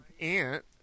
aunt